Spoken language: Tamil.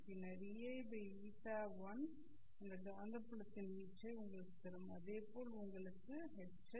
பின்னர் Ei η1 இந்த காந்தப்புலத்தின் வீச்சை உங்களுக்குத் தரும் அதேபோல் உங்களுக்கு Hr ¿